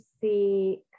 see